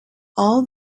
all